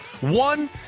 One